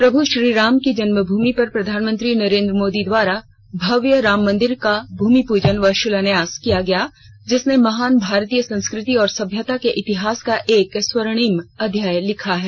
प्रभ् श्रीराम की जन्मभूमि पर प्रधानमंत्री नरेंद्र मोदी द्वारा भव्य राम मंदिर का भूमि पूजन व शिलान्यास किया गया जिसने महान भारतीय संस्कृति और सभ्यता के इतिहास का एक स्वर्णिम अध्याय लिखा है